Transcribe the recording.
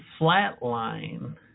flatline